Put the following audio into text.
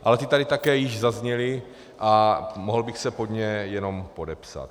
Ale ty tady také již zazněly a mohl bych se pod ně jenom podepsat.